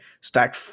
stack